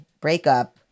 breakup